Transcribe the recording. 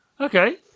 Okay